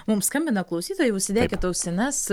mums skambina klausytojai užsidėkit ausines